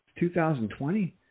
2020